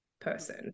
person